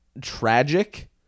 tragic